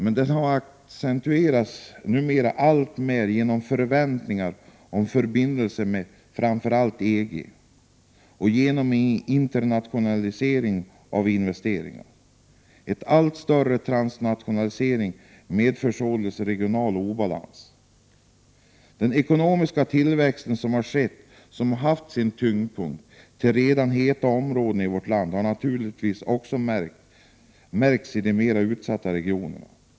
Men den accentueras numera alltmer genom förväntningarna på förbindelser med framför allt EG och genom internationaliseringen av investeringarna. En allt större transnationalisering medför således regional obalans. Den ekonomiska tillväxt som skett och som haft sin tyngdpunkt i redan heta områden i vårt land har man naturligtvis också märkt i mer utsatta regioner.